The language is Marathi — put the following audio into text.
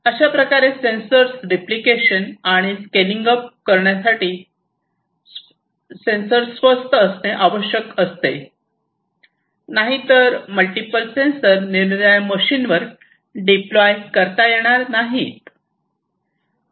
अशाप्रकारे सेन्सर्स रीप्लीकेशन आणि स्केलिंगअप करण्यासाठी स्वस्त असणे आवश्यक असते नाहीतर मल्टिपल सेंसर निरनिराळ्या मशीनवर डिप्लाय करता येणार नाही